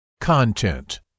Content